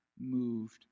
moved